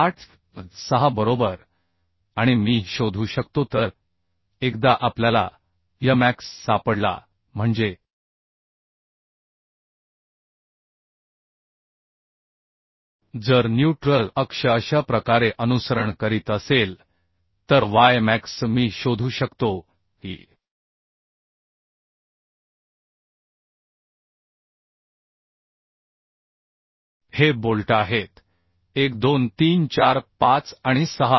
86 बरोबर आणि मी शोधू शकतो तर एकदा आपल्याला y मॅक्स सापडला म्हणजे जर न्यूट्रल अक्ष अशा प्रकारे अनुसरण करीत असेल तर y मॅक्स मी शोधू शकतो की हे बोल्ट आहेत 1 2 3 4 5 आणि 6